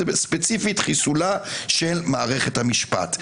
וזה ספציפית חיסולה של מערכת המשפט.